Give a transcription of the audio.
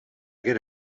get